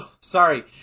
Sorry